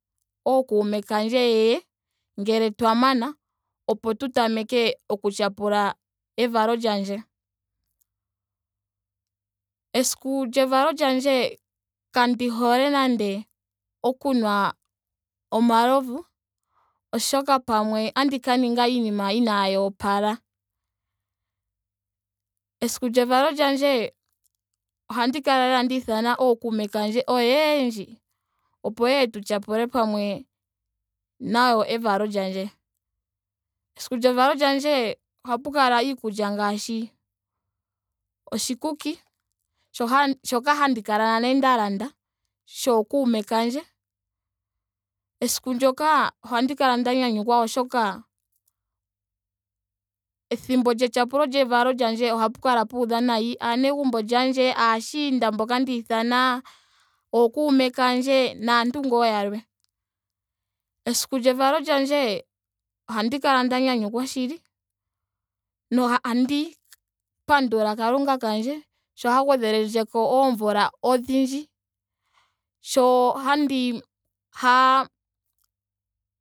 Ookume kandje yeye ngele twa mana opo tu tameke oku tyalula evalo lyandje. Esiku lyevalo lyandje kandi hola nande oku nwa omalovu oshoka pamwe otandi ka ninga iinima inaayi opala. Esiku lyevalo lyandje ohandi kala lela nda ithana ookume kandje oyendji opo tuye tu tyapule pamwe nayo evalo lyandje. esiku lyevalo lyandje ohapu kala iikulya ngaashi oshikuki. sho- shoka handi kala nale nda landa shookuume kandje. Esiku ndyoka ohandi kala nda nyanyukwa oshoka ethimbo lyetyapulo lyevalo lyandje ohapu kala puudha nayi. aanegumbo lyandje. aashiinda mboka nda ithana. ookume kandje. naantu ngaa yalwe. esiku lyevalo lyandje ohandi kala nda nyanyukwa shili nohandi pandula kalunga kandje sho ha gwedhelendjeko oomvula odhindji. sho handi ha